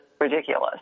ridiculous